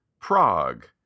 Prague